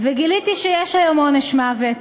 וגיליתי שיש היום עונש מוות.